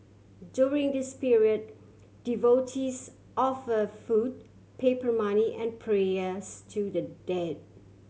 during this period devotees offer food paper money and prayers to the dead